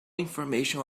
information